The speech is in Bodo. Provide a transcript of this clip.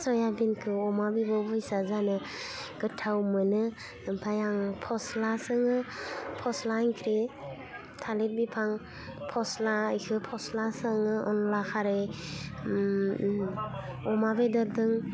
सयाबिनखौ अमा बिबु बैसा जानो गोथाव मोनो ओमफाय आङो फस्ला सोङो फस्ला इंख्रि थालिर बिफां फस्ला बेखौ फस्ला सङो अनला खारै अमा बेदथदों